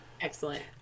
Excellent